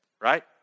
right